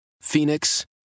Phoenix